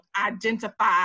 identify